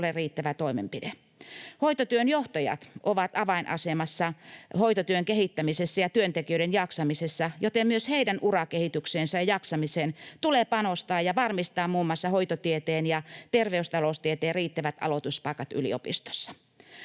riittävä toimenpide. Hoitotyön johtajat ovat avainasemassa hoitotyön kehittämisessä ja työntekijöiden jaksamisessa, joten myös heidän urakehitykseensä ja jaksamiseensa tulee panostaa ja varmistaa muun muassa hoitotieteen ja terveystaloustieteen riittävät aloituspaikat yliopistossa.